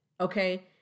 Okay